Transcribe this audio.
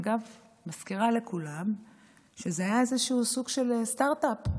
אגב, אני מזכירה לכולם שזה היה סוג של סטרטאפ.